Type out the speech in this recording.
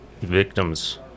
victim's